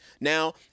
Now